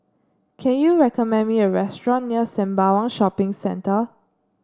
can you recommend me a restaurant near Sembawang Shopping Centre